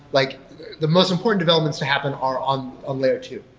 like the most important developments to happen are on um layer two.